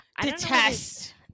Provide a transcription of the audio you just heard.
Detest